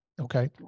okay